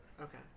Okay